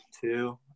two